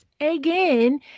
again